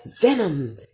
venom